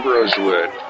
Rosewood